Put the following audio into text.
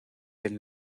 del